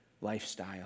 lifestyle